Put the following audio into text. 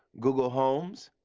google homes,